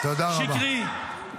לחץ שקרי,